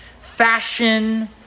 fashion